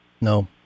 no